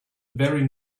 very